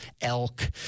elk